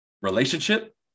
relationship